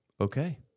okay